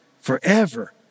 forever